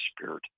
Spirit